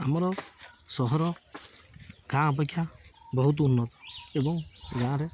ଆମର ସହର ଗାଁ ଅପେକ୍ଷା ବହୁତ ଉନ୍ନତ ଏବଂ ଗାଁରେ